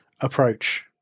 approach